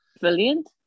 brilliant